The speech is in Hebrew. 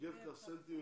יוגב קרסנטי.